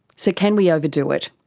so can we overdo it?